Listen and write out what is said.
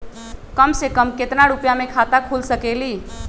कम से कम केतना रुपया में खाता खुल सकेली?